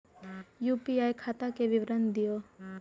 UPI खाता के विवरण दिअ?